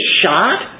shot